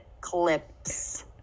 Clips